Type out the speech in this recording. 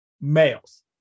males